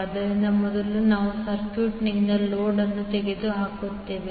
ಆದ್ದರಿಂದ ಮೊದಲು ನಾವು ಸರ್ಕ್ಯೂಟ್ನಿಂದ ಲೋಡ್ ಅನ್ನು ತೆಗೆದುಹಾಕುತ್ತೇವೆ